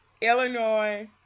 Illinois